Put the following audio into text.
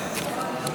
הסתייגות 1